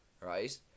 right